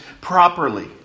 properly